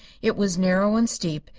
it was narrow and steep,